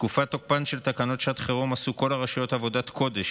בתקופת תוקפן של תקנות שעת החירום עשו כל הרשויות עבודת קודש,